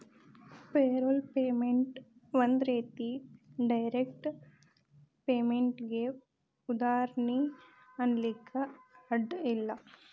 payroll payment ಒಂದ್ ರೇತಿ direct ಪೇಮೆನ್ಟಿಗೆ ಉದಾಹರ್ಣಿ ಅನ್ಲಿಕ್ಕೆ ಅಡ್ಡ ಇಲ್ಲ